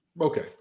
Okay